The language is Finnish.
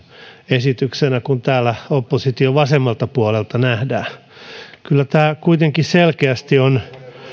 esityksenä kuin täällä opposition vasemmalta puolelta nähdään kyllä tämä kuitenkin selkeästi on